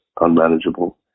unmanageable